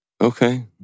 Okay